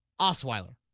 Osweiler